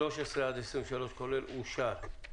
סעיפים (13) עד (23) אושרו.